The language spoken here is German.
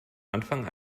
anfang